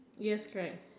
yes correct